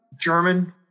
German